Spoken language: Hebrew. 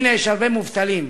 הנה, יש הרבה מובטלים.